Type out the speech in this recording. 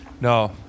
no